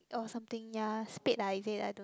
oh something ya spade lah is it I don't